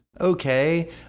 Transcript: okay